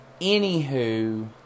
Anywho